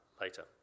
later